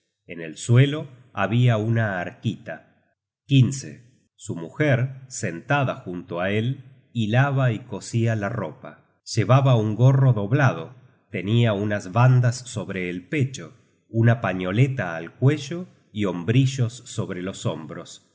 en rusia content from google book search generated at su mujer sentada junto á él hilaba y cosia la ropa llevaba un gorro doblado tenia unas bandas sobre el pecho una pañoleta al cuello y hombrillos sobre los hombros la